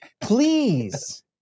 please